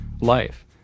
life